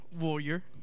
Warrior